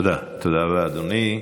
תודה רבה, אדוני.